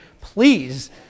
please